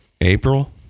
April